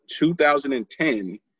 2010